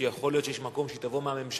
שיכול להיות שיש מקום שהיא תבוא מהממשלה